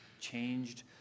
changed